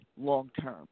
long-term